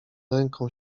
ręką